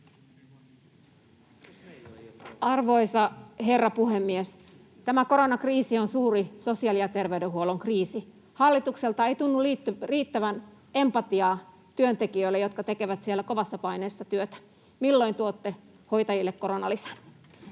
Arvoisa herra puhemies! Tämä koronakriisi on suuri sosiaali‑ ja terveydenhuollon kriisi. Hallitukselta ei tunnu riittävän empatiaa työntekijöille, jotka tekevät siellä kovassa paineessa työtä. Milloin tuotte hoitajille koronalisän?